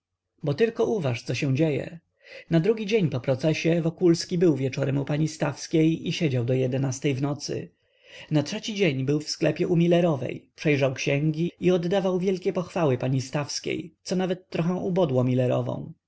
bo tylko uważ co się dzieje na drugi dzień po procesie wokulski był wieczorem u pani stawskiej i siedział do jedenastej w nocy na trzeci dzień był w sklepie u milerowej przejrzał księgi i oddawał wielkie pochwały pani stawskiej co nawet trochę ubodło millerową na